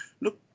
look